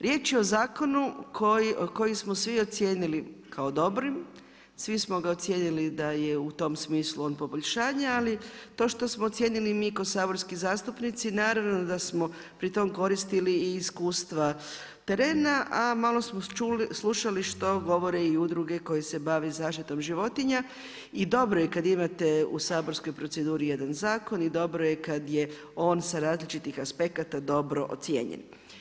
Riječ je o zakonu koji smo svi ocijenili kao dobrim, svi smo ga ocijenili da je u tom smislu on poboljšanje, ali to što ocijenili mi kao saborski zastupnici, naravno da smo pritom koristili i iskustva terena a malo smo slušali što govore i udruge koje se bave zaštitom životinja i dobro je kad imate u saborskoj proceduri jedan zakon i dobro je kad je on sa različitih aspekata dobro ocijenjen.